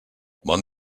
bon